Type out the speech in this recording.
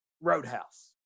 Roadhouse